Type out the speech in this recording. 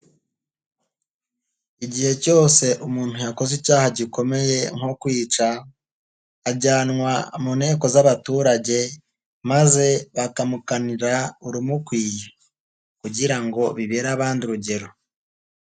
Igihe cyose umuntu yakoze icyaha gikomeye nko kwica ajyanwa mu nteko z'abaturage maze bakamukanira urumukwiye kugira ngo bibere abandi urugero.